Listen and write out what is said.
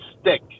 stick